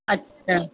अच्छा